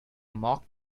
mock